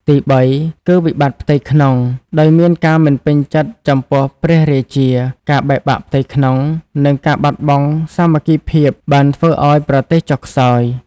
ទីបីគឺ វិបត្តិផ្ទៃក្នុង ដោយមានការមិនពេញចិត្តចំពោះព្រះរាជា ការបែកបាក់ផ្ទៃក្នុង និងការបាត់បង់សាមគ្គីភាពបានធ្វើឱ្យប្រទេសចុះខ្សោយ។